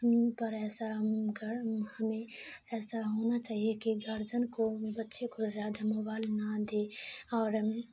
پر ایسا ہمیں ایسا ہونا چاہیے کہ گارجن کو بچے کو زیادہ موبائل نہ دے اور